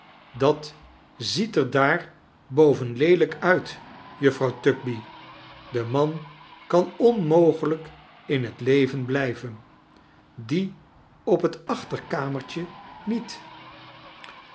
dat ziet er daar boven leelijk nit juffrouw tugby de man kan onmogelijk in t leven blijven die op het achterkamertje niet